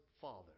father